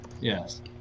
Yes